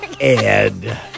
Ed